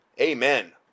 Amen